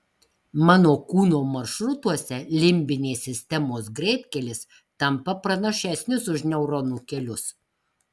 mano kūno maršrutuose limbinės sistemos greitkelis tampa pranašesnis už neuronų kelius